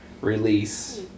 release